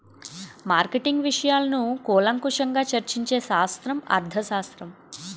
marketing విషయాలను కూలంకషంగా చర్చించే శాస్త్రం అర్థశాస్త్రం